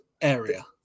area